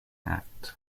act